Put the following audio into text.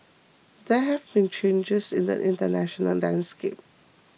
there have been changes in the international landscape